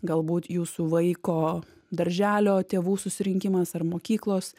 galbūt jūsų vaiko darželio tėvų susirinkimas ar mokyklos